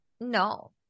no